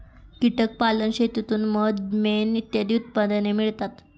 कीटक पालन शेतीतून मध, मेण इत्यादी उत्पादने मिळतात